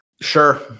Sure